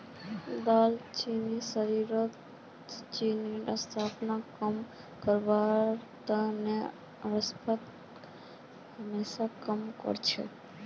दालचीनी शरीरत चीनीर स्तरक कम करवार त न औषधिर हिस्सा काम कर छेक